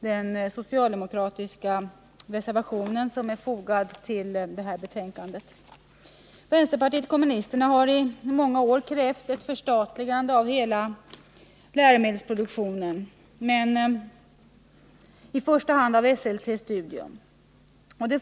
den socialdemokratiska reservation som är fogad till det här betänkandet. Vänsterpartiet kommunisterna har i många år krävt ett förstatligande av hela läromedelsproduktionen men i första hand av Esselte Studium AB.